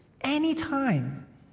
anytime